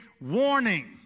Warning